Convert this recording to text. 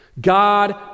God